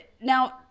Now